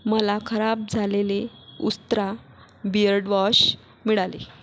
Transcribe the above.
मला खराब झालेले उस्त्रा बिअर्ड वॉश मिळाले